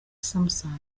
samsung